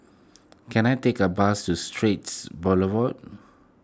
can I take a bus to Straits Boulevard